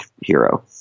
hero